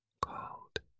called